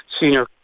senior